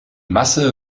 masse